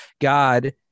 God